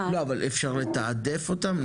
אבל אפשר לתעדף אותם?